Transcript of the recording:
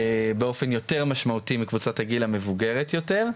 באופן יותר משמעותי מקבוצת הגיל המבוגרת יותר.